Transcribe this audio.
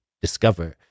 discover